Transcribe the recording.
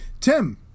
Tim